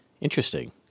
Interesting